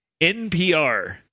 NPR